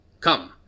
Come